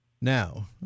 Now